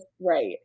right